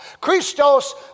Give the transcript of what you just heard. Christos